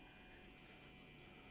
ya cause like she ran a restaurant